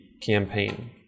campaign